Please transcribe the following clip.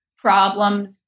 problems